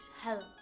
help